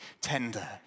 tender